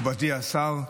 מכובדי השר,